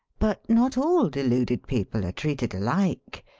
but not all deluded people are treated alike.